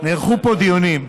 נערכו פה דיונים,